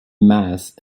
mass